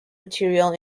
material